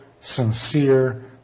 sincere